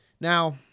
Now